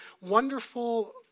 wonderful